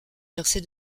traversée